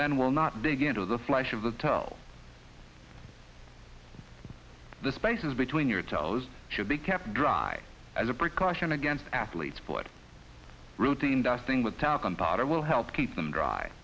then will not begin to the flesh of the tell the spaces between your toes should be kept dry as a precaution against athlete's foot routine dusting with talcum powder will help keep them dry